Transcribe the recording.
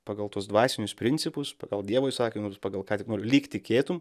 pagal tuos dvasinius principus pagal dievo įsakymus pagal ką tik nori lyg tikėtum